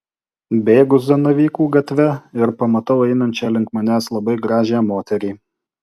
bėgu zanavykų gatve ir pamatau einančią link manęs labai gražią moterį